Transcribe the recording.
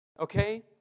Okay